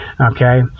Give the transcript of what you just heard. okay